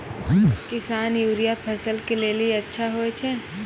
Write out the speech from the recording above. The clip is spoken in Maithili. किसान यूरिया फसल के लेली अच्छा होय छै?